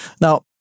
Now